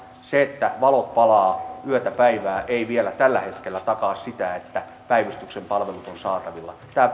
se että valot palavat yötä päivää ei vielä tällä hetkellä takaa sitä että päivystyksen palvelut ovat saatavilla tämä